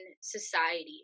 society